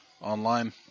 online